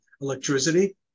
electricity